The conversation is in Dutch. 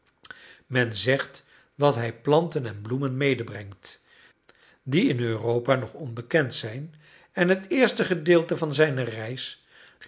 men zegt dat hij planten en bloemen medebrengt die in europa nog onbekend zijn en het eerste gedeelte van zijne reis